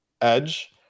edge